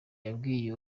yabwiye